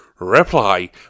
reply